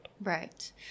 Right